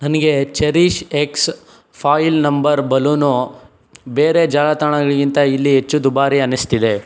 ನನಗೆ cherish X foil number balloon ಬೇರೆ ಜಾಲತಾಣಗಳಿಗಿಂತ ಇಲ್ಲಿ ಹೆಚ್ಚು ದುಬಾರಿ ಅನ್ನಿಸ್ತಿದೆ